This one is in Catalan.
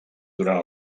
durant